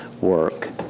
work